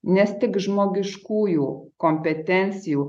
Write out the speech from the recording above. nes tik žmogiškųjų kompetencijų